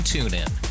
TuneIn